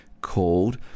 called